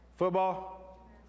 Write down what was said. Football